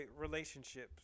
relationships